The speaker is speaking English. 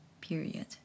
period